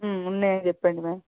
ఉన్నాయని చెప్పండి మ్యామ్